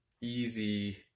easy